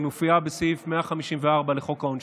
היא מופיעה בסעיף 154 לחוק העונשין.